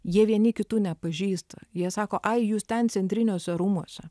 jie vieni kitų nepažįsta jie sako ai jūs ten centriniuose rūmuose